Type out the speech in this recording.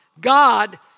God